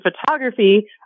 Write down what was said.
photography